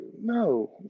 no